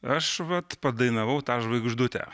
aš vat padainavau tą žvaigždutę